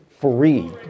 free